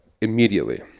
immediately